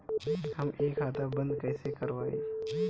हम इ खाता बंद कइसे करवाई?